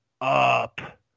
up